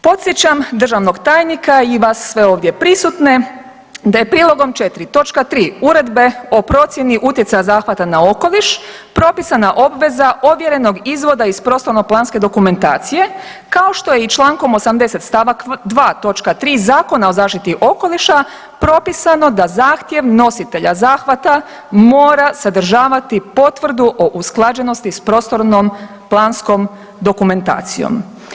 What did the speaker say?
Podsjećam državnog tajnika i vas sve ovdje prisutne da je prilogom 4. točka 3. Uredbe o procjeni utjecaja zahvata na okoliš propisana obveza ovjerenog izvoda iz prostorno-planske dokumentacije, kao što je i člankom 80. stavak 2. točka 3. Zakona o zaštiti okoliša propisano da zahtjev nositelja zahvata mora sadržavati potvrdu o usklađenosti sa prostorno-planskom dokumentacijom.